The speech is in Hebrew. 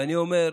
ואני אומר,